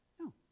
No